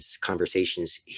conversations